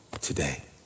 today